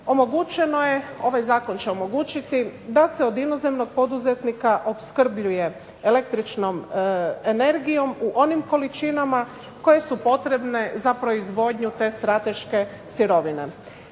omogućeno je, ovaj zakon će omogućiti da se od inozemnog poduzetnika opskrbljuje električnom energijom u onim količinama koje su potrebne za proizvodnju te strateške sirovine.